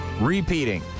repeating